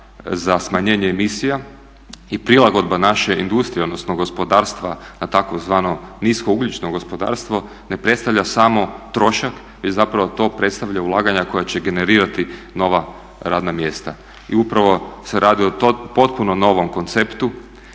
za smanjenje emisija i prilagodba naše industrije, odnosno gospodarstva na tzv. niskougljično gospodarstvo ne predstavlja samo trošak, zapravo to predstavlja ulaganja koja će generirati nova radna mjesta. I upravo se radi o potpuno novom konceptu